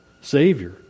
Savior